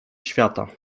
świata